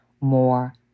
more